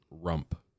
Rump